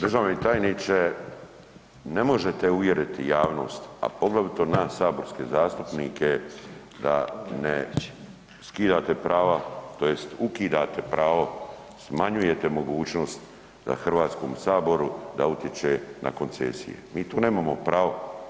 Državni tajniče, ne možete uvjeriti javnost, a poglavito nas saborske zastupnike da ne skidate prava tj. ukidate pravo, smanjujete mogućnost da HS da utječe na koncesije, mi to nemamo pravo.